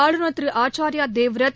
ஆளுநர் திருஆச்சாரியாதேவ்ரத்